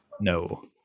No